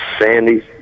sandy